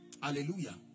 Hallelujah